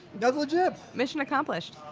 that's legit! mission accomplished.